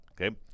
Okay